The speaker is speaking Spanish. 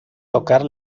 tocar